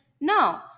No